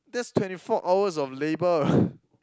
that's twenty four hours of labor